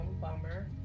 bummer